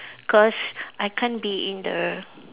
cause I can't be in the